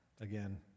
Again